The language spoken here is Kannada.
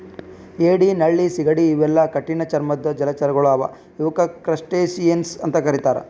ಏಡಿ ನಳ್ಳಿ ಸೀಗಡಿ ಇವೆಲ್ಲಾ ಕಠಿಣ್ ಚರ್ಮದ್ದ್ ಜಲಚರಗೊಳ್ ಅವಾ ಇವಕ್ಕ್ ಕ್ರಸ್ಟಸಿಯನ್ಸ್ ಅಂತಾ ಕರಿತಾರ್